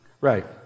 Right